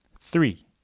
Three